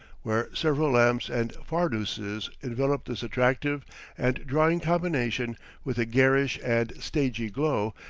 where several lamps and farnooses envelop this attractive and drawing combination with a garish and stagy glow,